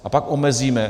A pak omezíme.